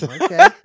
Okay